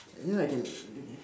you know I can